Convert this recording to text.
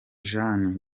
jeanne